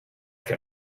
can